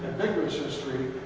least history,